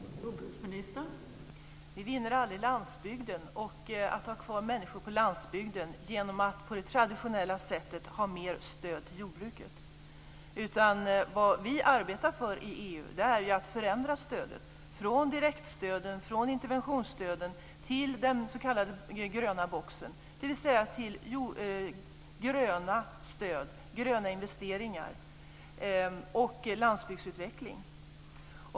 Fru talman! Vi vinner aldrig landsbygden. Vi kan inte hålla kvar människor i landsbygden genom att på det traditionella sättet öka stödet till jordbruket. Vad vi arbetar för i EU är att förändra stöden från direktstöden, interventionsstöden till den s.k. gröna boxen, dvs. gröna stöd till gröna investeringar och landsbygdsutveckling.